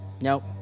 Nope